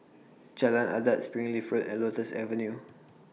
Jalan Adat Springleaf Road and Lotus Avenue